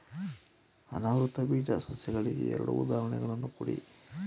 ಅನಾವೃತ ಬೀಜ ಸಸ್ಯಗಳಿಗೆ ಎರಡು ಉದಾಹರಣೆಗಳನ್ನು ಕೊಡಿ